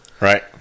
Right